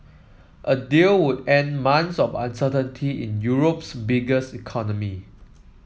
a deal would end months of uncertainty in Europe's biggest economy